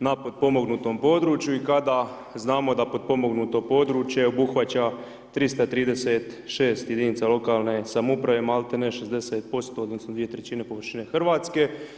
na potpomognutom području i kada znamo da potpomognuto područje obuhvaća 336 jedinica lokalne samouprave malti ne 60% odnosno 2/3 površine Hrvatske, shvatili bi da je ovaj zakon zapravo jedan od krucijalnih zakona za ostanak mladih ljudi, mladih obitelji i sprječavanju iseljavanja iz ruralnog područja Hrvatske odnosno 2/3 Hrvatske.